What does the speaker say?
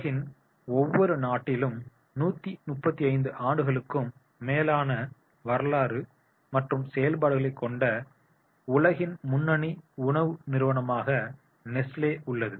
உலகின் ஒவ்வொரு நாட்டிலும் 135 ஆண்டுகளுக்கும் மேலான வரலாறு மற்றும் செயல்பாடுகளைக் கொண்ட உலகின் முன்னணி உணவு நிறுவனமாக நெஸ்லே உள்ளது